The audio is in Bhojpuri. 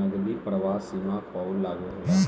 नगदी प्रवाह सीमा पअ लागू होला